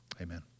Amen